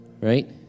Right